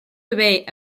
debate